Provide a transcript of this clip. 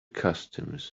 customs